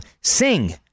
Sing